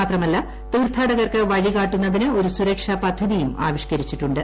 മാത്രമല്ല തീർത്ഥാടകർക്ക് വഴി കാട്ടുന്നതിന് ഒരു സുരക്ഷാ പദ്ധതിയും ആവിഷ്കരിച്ചിട്ടുണ്ട്